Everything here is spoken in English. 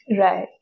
Right